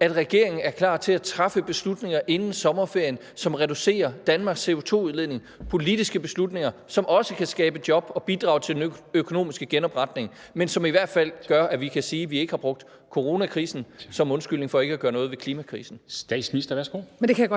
at regeringen er klar til at træffe beslutninger inden sommerferien, som reducerer Danmarks CO2-udledning; politiske beslutninger, som også kan skabe job og bidrage til den økonomiske genopretning, og som i hvert fald gør, at vi kan sige, at vi ikke har brugt coronakrisen som undskyldning for ikke at gøre noget ved klimakrisen. Kl. 13:30 Formanden